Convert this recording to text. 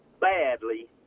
badly